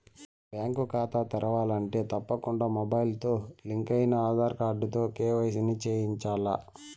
bank కాతా తెరవాలంటే తప్పకుండా మొబయిల్తో లింకయిన ఆదార్ కార్డుతో కేవైసీని చేయించాల్ల